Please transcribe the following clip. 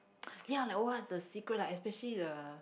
ya like what's the secret like especially the